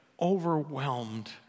overwhelmed